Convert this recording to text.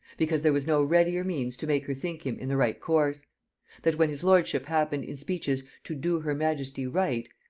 because there was no readier means to make her think him in the right course that when his lordship happened in speeches to do her majesty right,